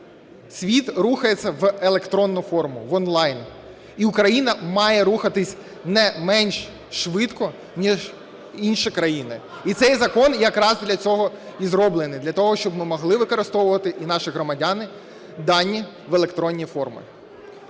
світ рухається в електронну форму, в онлайн, і Україна має рухатися не менш швидко, ніж інші країни. І цей закон якраз для цього і зроблений – для того, щоб ми могли використовувати і наші громадяни дані в електронній формі.